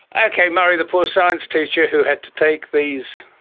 ah okay murray, the poor science teacher who had to take these,